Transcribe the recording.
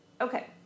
okay